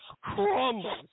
crumbles